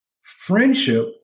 friendship